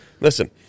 Listen